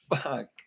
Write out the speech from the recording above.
fuck